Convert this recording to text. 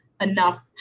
enough